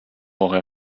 aurait